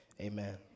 Amen